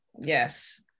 Yes